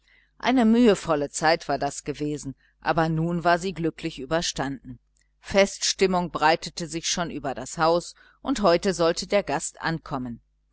eine mühevolle zeit war das gewesen aber nun war sie glücklich überstanden feststimmung breitete sich schon über das haus und heute sollte der gast ankommen